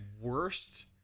worst